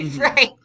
Right